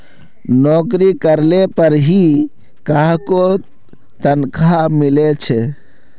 नोकरी करले पर ही काहको तनखा मिले छे